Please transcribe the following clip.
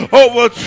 over